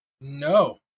No